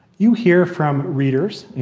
you hear from readers,